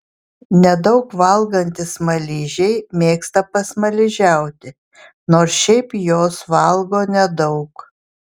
nedaug valgantys smaližiai mėgsta pasmaližiauti nors šiaip jos valgo nedaug